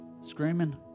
screaming